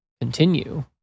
continue